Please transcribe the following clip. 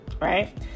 Right